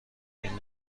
این